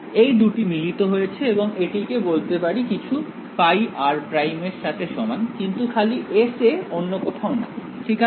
এই দুটি মিলিত হয়েছে এবং আমি এটিকে বলতে পারি কিছু ফাই r প্রাইম এর সাথে সমান কিন্তু খালি S এ অন্য কোথাও না ঠিক আছে